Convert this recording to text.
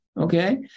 okay